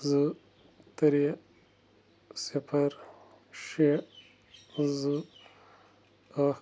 زٕ ترٛےٚ صِفَر شےٚ زٕ اَکھ